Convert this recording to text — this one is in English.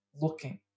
looking